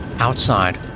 Outside